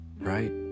right